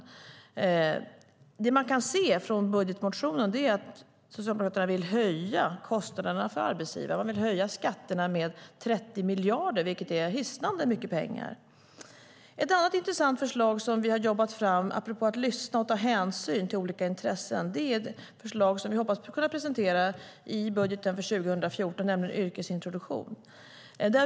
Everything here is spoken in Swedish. Vad som framgår av Socialdemokraternas budgetmotion är att man vill höja kostnaderna för arbetsgivarna, det vill säga höja skatterna med 30 miljarder. Det är hisnande mycket pengar. Ett annat intressant förslag som vi har jobbat fram, apropå att lyssna och ta hänsyn till olika intressen, hoppas vi kunna presentera i budgeten för 2014, nämligen yrkesintroduktion.